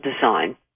design